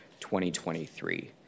2023